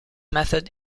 method